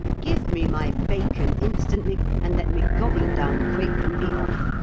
give me my bacon instantly, and let me gobble it down quick and be off.